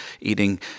eating